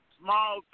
small